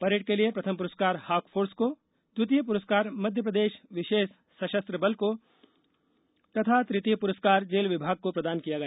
parade के लिए प्रथम पुरस्कार हॉक फोर्स को द्वितीय पुरस्कार मप्र विशेष सशस्त्र बल को तथा तृतीय पुरस्कार जेल विमाग को प्रदान किया गया